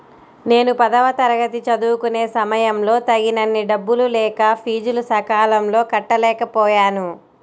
నేను పదవ తరగతి చదువుకునే సమయంలో తగినన్ని డబ్బులు లేక ఫీజులు సకాలంలో కట్టలేకపోయాను